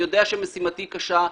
אני יודע שמשימתי קשה.